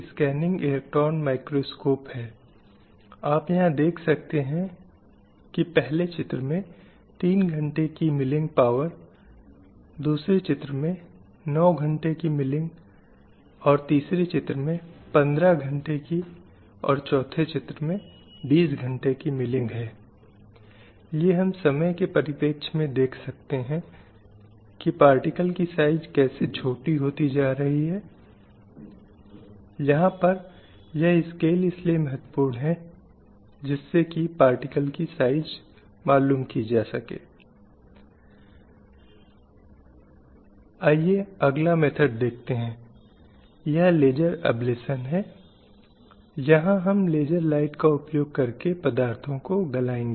slide समय संदर्भ 0223 यह समाज की सामान्य धारणा या दृष्टिकोण है जहाँ यह महसूस किया जाता है कि जिन कार्यों के लिए अधिक मशीनी काम करने की आवश्यकता होती है पुरुषों को वे स्वाभाविक और बेहतर रूप से आते हैं अब दूसरी तरफ महिलाएँ जैसा कि हमने पहले कहा था बच्चों के पालन पोषण आदि को स्वतः स्त्रैण नौकरियों के रूप में देखा जाता है इसलिए यह महसूस किया जाता है कि महिलाएं पालन पोषण के कार्यों में बेहतर हैं